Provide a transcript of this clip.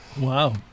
wow